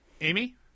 Amy